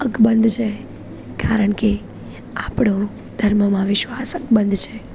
અકબંધ છે કારણ કે આપણો ધર્મમાં વિશ્વાસ અકબંધ છે